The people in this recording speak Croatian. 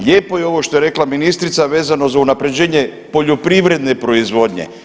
Lijepo je ovo što je rekla ministrica vezano za unapređenje poljoprivredne proizvodnje.